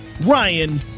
Ryan